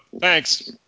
Thanks